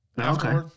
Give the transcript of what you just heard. Okay